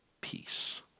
peace